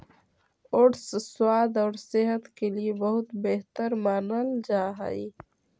oats स्वाद और सेहत के लिए बहुत बेहतर मानल जा हई